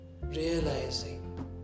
realizing